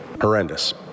horrendous